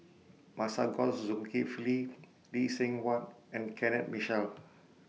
Masagos Zulkifli Lee Seng Huat and Kenneth Mitchell